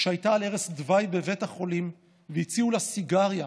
כשהייתה על ערש דווי בבית החולים והציעו לה סיגריה